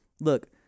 Look